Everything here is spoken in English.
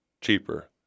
cheaper